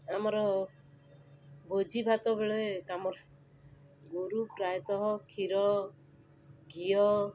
ଆମର ଭୋଜିଭାତ ବେଳେ କାମରେ ଗୋରୁ ପ୍ରାୟତଃ କ୍ଷୀର ଘିଅ